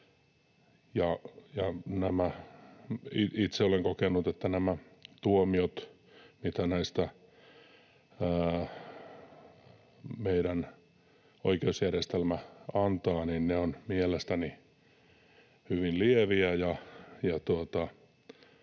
Itse olen kokenut, että nämä tuomiot, mitä näistä meidän oikeusjärjestelmämme antaa, ovat mielestäni hyvin lieviä,